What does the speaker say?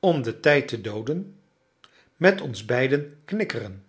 om den tijd te dooden met ons beiden knikkeren